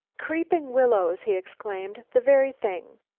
creeping willows! he exclaimed. the very thing!